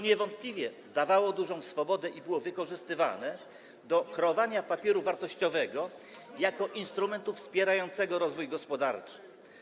Niewątpliwie dawało to dużą swobodę i było wykorzystywane do kreowania papieru wartościowego jako instrumentu wspierającego rozwój gospodarczy.